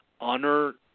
honor